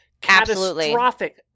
catastrophic